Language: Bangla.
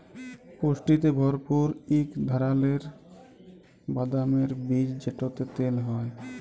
পুষ্টিতে ভরপুর ইক ধারালের বাদামের বীজ যেটতে তেল হ্যয়